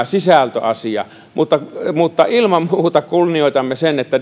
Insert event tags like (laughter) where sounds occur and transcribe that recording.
(unintelligible) sisältöasia mutta mutta ilman muuta kunnioitamme sitä että